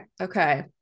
okay